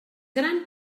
gran